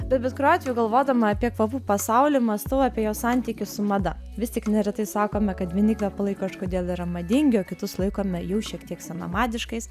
bet bet kuriuo atveju galvodama apie kvapų pasaulį mąstau apie jo santykį su mada vis tik neretai sakome kad vieni kvepalai kažkodėl yra madingi o kitus laikome jau šiek tiek senamadiškais